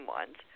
ones